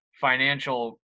financial